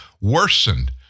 worsened